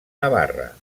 navarra